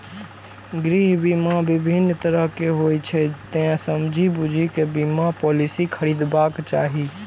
गृह बीमा विभिन्न तरहक होइ छै, तें समझि बूझि कें बीमा पॉलिसी खरीदबाक चाही